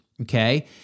Okay